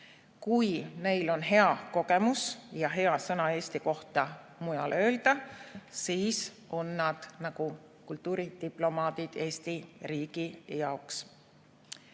Kui neil on hea kogemus ja hea sõna Eesti kohta mujal öelda, siis on nad nagu kultuuridiplomaadid Eesti riigi jaoks. Heidy